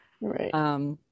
Right